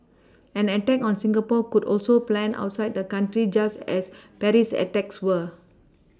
an attack on Singapore could also planned outside the country just as Paris attacks were